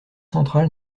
centrales